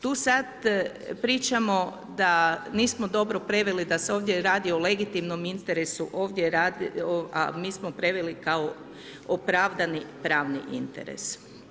Tu sad pričamo da nismo dobro preveli da se ovdje radi o legitimnom interesu, a mi smo preveli kao opravdani pravni interes.